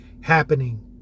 happening